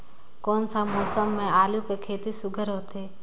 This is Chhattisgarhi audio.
कोन सा मौसम म आलू कर खेती सुघ्घर होथे?